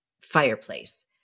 fireplace